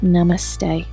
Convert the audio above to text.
Namaste